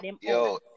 Yo